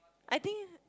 I think